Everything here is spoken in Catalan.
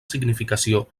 significació